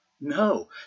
no